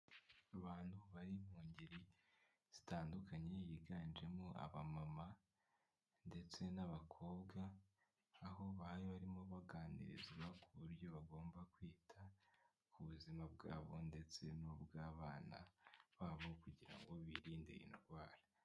Abantu bari mu ngeri zitandukanye Higanjemo abamama ndetse n'abakobwa, aho barimo baganirizwa ku buryo bagomba kwita ku buzima bwabo ndetse n'ubw'abana babo, kugirango birinde iyi ndwara.